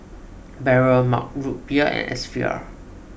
Barrel Mug Root Beer and S V R